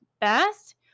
best